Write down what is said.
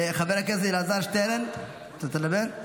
חבר הכנסת אלעזר שטרן, אתה רוצה לדבר?